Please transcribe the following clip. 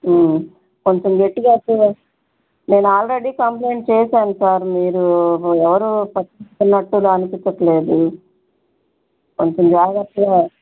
కొంచెం గట్టిగా అరిచాను నేను ఆల్రెడీ కంప్లెయింట్ చేశాను సార్ మీరు ఎవరు పట్టించుకున్నట్టుగా అనిపించట్లేదు కొంచెం జాగ్రత్తగా